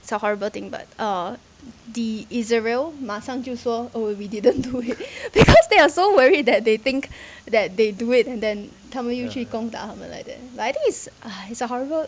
it's a horrible thing but uh the israel 马上就说 oh we didn't do it because they are so worried that they think that they do it then 他们又去攻打他们 like that but I think it's !aiya! it's a horrible